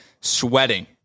sweating